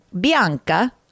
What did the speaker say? Bianca